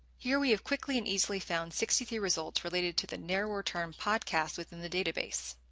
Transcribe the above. here we have quickly and easily found sixty three results related to the narrower term podcasts within the database.